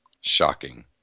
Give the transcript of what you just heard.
shocking